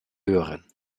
hören